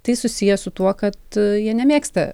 tai susiję su tuo kad jie nemėgsta